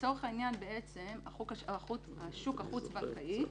לצורך העניין השוק החוץ בנקאי,